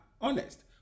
honest